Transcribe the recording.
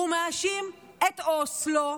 הוא מאשים את אוסלו,